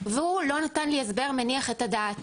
והוא לא נתן לי הסבר מניח את הדעת".